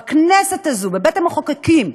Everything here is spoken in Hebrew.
בכנסת הזאת, בבית-המחוקקים,